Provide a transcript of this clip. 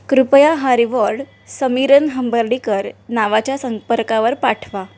कृपया हा रिवॉर्ड समीरन हंबर्डीकर नावाच्या संकपर्कावर पाठवा